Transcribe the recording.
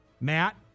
Matt